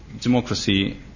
democracy